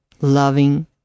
loving